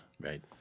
Right